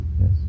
Yes